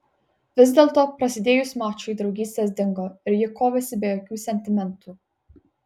vis dėlto prasidėjus mačui draugystės dingo ir ji kovėsi be jokių sentimentų